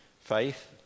faith